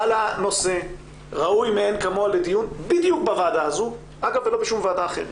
עלה נושא ראוי מאין כמוהו לדיון בדיוק בוועדה הזאת ולא בשום ועדה אחרת.